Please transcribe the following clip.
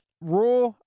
Raw